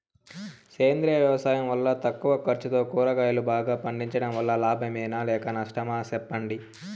సేంద్రియ వ్యవసాయం వల్ల తక్కువ ఖర్చుతో కూరగాయలు బాగా పండించడం వల్ల లాభమేనా లేక నష్టమా సెప్పండి